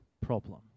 problem